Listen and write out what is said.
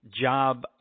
job